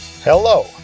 Hello